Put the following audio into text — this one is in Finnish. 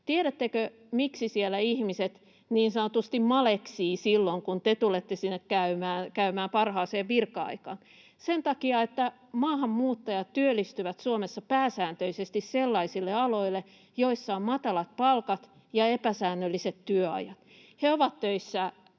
Tiedättekö, miksi siellä ihmiset niin sanotusti maleksivat silloin, kun te tulette sinne käymään parhaaseen virka-aikaan? Sen takia, että maahanmuuttajat työllistyvät Suomessa pääsääntöisesti sellaisille aloille, joilla on matalat palkat ja epäsäännölliset työajat. He ovat töissä